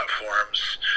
platforms